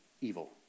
evil